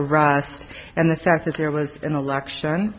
arise and the fact that there was an election